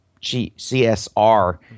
CSR